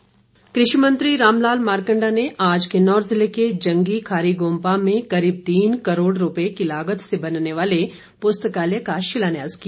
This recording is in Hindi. मारकंडा कृषि मंत्री राम लाल मारकंडा ने आज किन्नौर जिले के जंगी खारी गोम्पा में करीब तीन करोड़ रुपए की लागत से बनने वाले पुस्तकालय का शिलान्यास किया